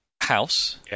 house